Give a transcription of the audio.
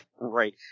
Right